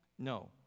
No